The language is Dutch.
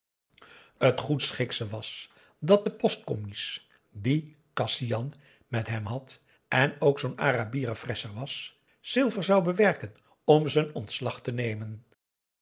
goedschiksche was dat de postcommies die kasian met hem had en ook zoo'n arabieren fresser was silver zou bewerken om z'n ontslag te nemen